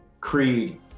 Creed